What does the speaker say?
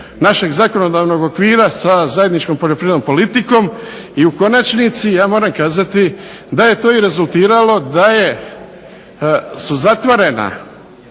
našeg zakonodavnog okvira sa zajedničkom poljoprivrednom politikom. I u konačnici ja moram kazati da je to i rezultiralo da su zatvorena